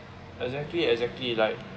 exactly exactly like